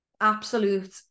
Absolute